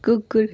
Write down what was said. कुकुर